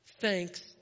thanks